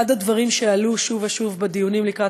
אחד הדברים שעלו שוב ושוב בדיונים לקראת